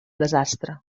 desastre